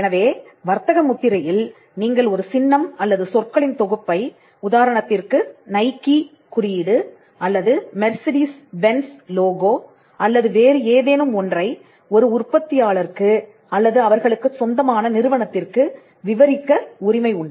எனவே வர்த்தக முத்திரையில் நீங்கள் ஒரு சின்னம் அல்லது சொற்களின் தொகுப்பை உதாரணத்திற்கு நைகி குறியீடு அல்லது மெர்சிடிஸ் பென்ஸ் லோகோ அல்லது வேறு ஏதேனும் ஒன்றை ஒரு உற்பத்தியாளருக்கு அல்லது அவர்களுக்கு சொந்தமான நிறுவனத்திற்கு விவரிக்க உரிமை உண்டு